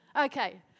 Okay